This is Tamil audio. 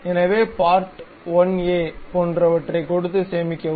எனவே part1a போன்றவற்றைக் கொடுத்து சேமிக்கவும்